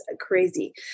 crazy